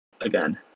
again